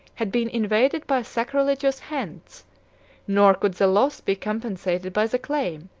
had been invaded by sacrilegious hands nor could the loss be compensated by the claim,